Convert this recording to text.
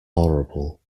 horrible